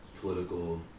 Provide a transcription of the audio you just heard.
political